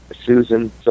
Susan